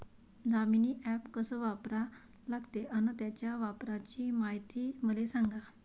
Damini app कस वापरा लागते? अन त्याच्या वापराची मायती मले सांगा